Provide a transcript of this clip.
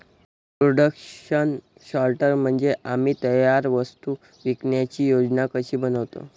production सॉर्टर म्हणजे आम्ही तयार वस्तू विकण्याची योजना कशी बनवतो